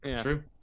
True